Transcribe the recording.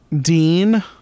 dean